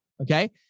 okay